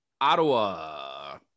Ottawa